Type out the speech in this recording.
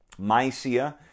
Mycia